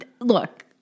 look